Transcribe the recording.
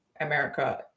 America